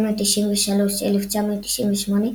1993–1998,